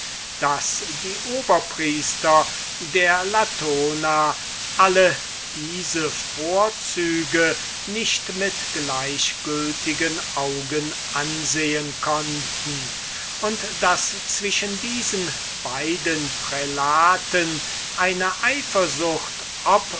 daß die oberpriester der latona alle diese vorzüge nicht mit gleichgültigen augen ansehen konnten und daß zwischen diesen beiden prälaten eine eifersucht